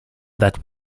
that